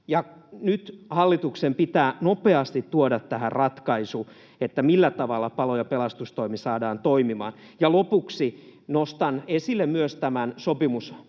Nyt hallituksen pitää nopeasti tuoda ratkaisu siihen, millä tavalla palo- ja pelastustoimi saadaan toimimaan. Lopuksi nostan esille myös tämän sopimuspalokuntien